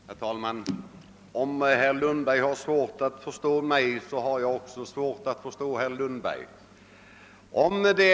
Herr talman! Om herr Lundberg har svårt att förstå mig har jag också svårt att förstå honom.